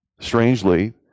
Strangely